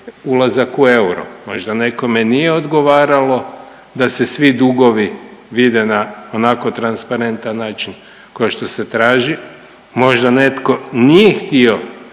ulazak u euro. Možda nekome nije odgovarao da se svi dugovi vide na onako transparentan način ko što se traži, možda netko nije htio